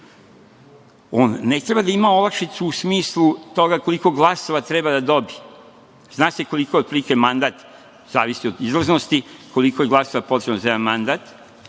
ne treba da ima olakšicu u smislu toga koliko glasova treba da dobije, zna se koliko otprilike mandat, zavisi od izlaznosti, koliko je glasova potrebno za jedan mandat,